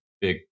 big